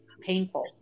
painful